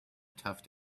tough